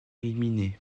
éliminé